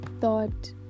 thought